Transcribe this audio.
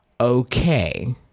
Okay